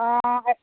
অঁ হে